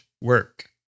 work